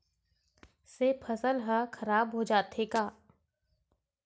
से फसल ह खराब हो जाथे का?